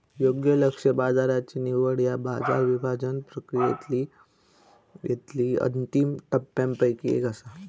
योग्य लक्ष्य बाजाराची निवड ह्या बाजार विभाजन प्रक्रियेतली अंतिम टप्प्यांपैकी एक असा